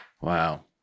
Wow